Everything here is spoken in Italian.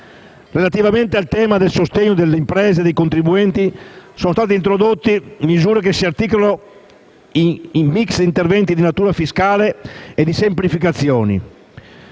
Relativamente al tema del sostegno alle imprese e ai contribuenti sono state introdotte importanti misure che si articolano in un *mix* di interventi di natura fiscale e di semplificazione